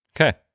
Okay